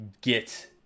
get